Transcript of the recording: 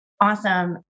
Awesome